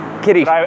Kitty